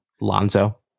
Lonzo